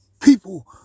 People